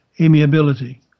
amiability